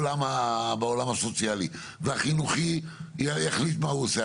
בעולם הסוציאלי, והחינוכי יחליט מה הוא עושה.